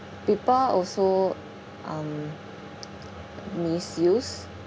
people also um misuse